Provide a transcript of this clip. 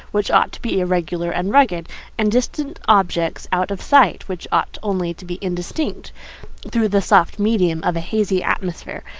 which ought to be irregular and rugged and distant objects out of sight, which ought only to be indistinct through the soft medium of a hazy atmosphere.